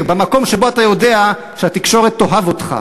במקום שבו אתה יודע שהתקשורת תאהב אותך.